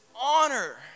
honor